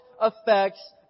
affects